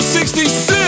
66